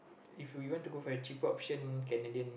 if we want to go for a cheaper option Canadian